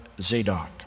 Zadok